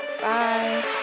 Bye